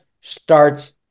Starts